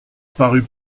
parut